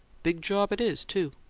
big job it is, too.